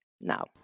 now